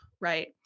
right